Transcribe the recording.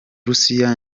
russia